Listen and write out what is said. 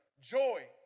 Joy